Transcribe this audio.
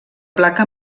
placa